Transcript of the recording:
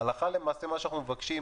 במישהו, אבל אנחנו נמצאים